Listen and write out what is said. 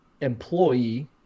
employee